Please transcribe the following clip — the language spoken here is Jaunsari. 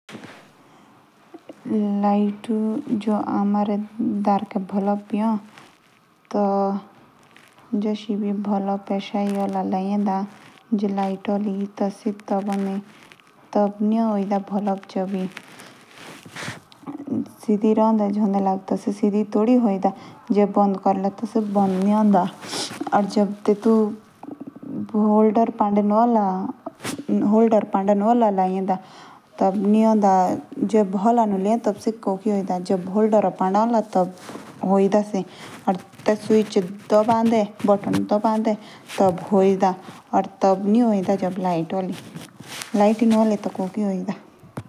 जाविक या अजविक। जाविक हामुक खदोक है। जेतुक हमे डोकरे पुडे बौ ए। या तेतुक पांडे हमें गबोर डालु।